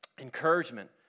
encouragement